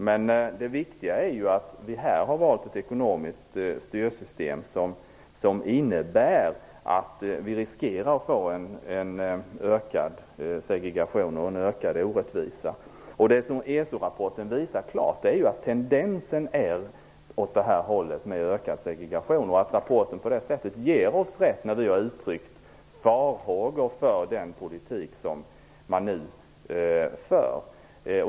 Men det viktiga är att vi här har valt ett ekonomiskt styrsystem som innebär att vi riskerar att få en ökad segregation och större orättvisa. Det som ESO rapporten klart visar är att tendensen går mot en ökad segregation. Rapporten ger oss på det sättet rätt när vi har uttryckt farhågor för den politik som man nu för.